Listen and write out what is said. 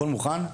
הכל מוכן?